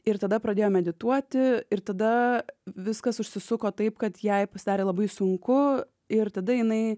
ir tada pradėjo medituoti ir tada viskas užsisuko taip kad jai pasidarė labai sunku ir tada jinai